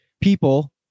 people